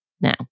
Now